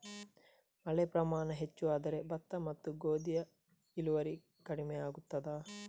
ಮಳೆಯ ಪ್ರಮಾಣ ಹೆಚ್ಚು ಆದರೆ ಭತ್ತ ಮತ್ತು ಗೋಧಿಯ ಇಳುವರಿ ಕಡಿಮೆ ಆಗುತ್ತದಾ?